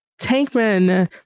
Tankman